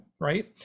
right